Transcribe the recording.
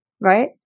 Right